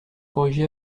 corrigé